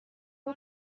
بار